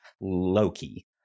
Loki